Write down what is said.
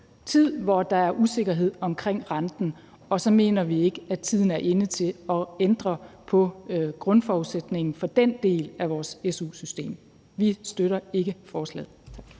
tid, hvor der er usikkerhed om renten, og så mener vi ikke, tiden er inde til at ændre på grundforudsætningen for den del af vores su-system. Vi støtter ikke forslaget.